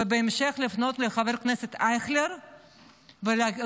ובהמשך לפנות לחבר הכנסת אייכלר ולעשות